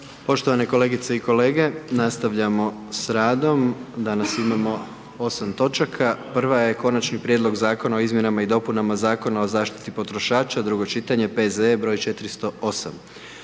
Gordan (HDZ)** Nastavljamo sa radom. Danas imamo 8 točaka, prva je: - Konačni prijedlog Zakona o izmjenama i dopunama Zakona o zaštiti potrošača, drugo čitanje, P.Z.E. br. 408.